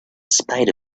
spite